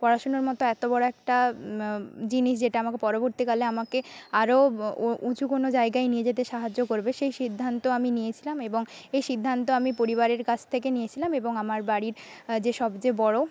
পড়াশুনোর মত এত বড় একটা জিনিস যেটা আমাকে পরবর্তীকালে আমাকে আরও উঁচু কোন জায়গায় নিয়ে যেতে সাহায্য করবে সেই সিদ্ধান্ত আমি নিয়েছিলাম এবং এই সিদ্ধান্ত আমি পরিবারের কাছ থেকে নিয়েছিলাম এবং আমার বাড়ির যে সবচেয়ে বড়